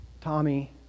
Tommy